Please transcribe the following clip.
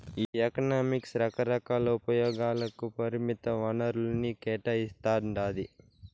ఈ ఎకనామిక్స్ రకరకాల ఉపయోగాలకి పరిమిత వనరుల్ని కేటాయిస్తాండాది